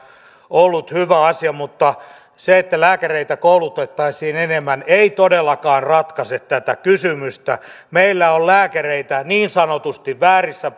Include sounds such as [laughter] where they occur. ollut hyvä asia mutta se että lääkäreitä koulutettaisiin enemmän ei todellakaan ratkaise tätä kysymystä meillä on lääkäreitä niin sanotusti väärissä [unintelligible]